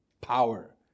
Power